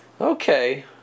Okay